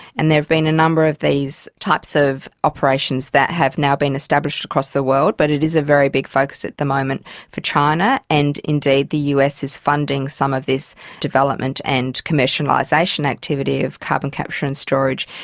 and there have been a number of these types of operations that have now been established across the world, but it is a very big focus at the moment for china and indeed the us is funding some of this development and commercialisation activity of carbon capture and storage,